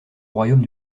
royaume